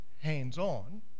hands-on